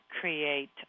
create